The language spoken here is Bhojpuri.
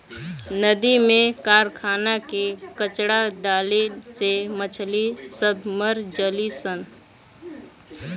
नदी में कारखाना के कचड़ा डाले से मछली सब मर जली सन